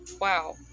wow